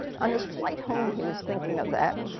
on his flight home he was thinking of that.